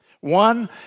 One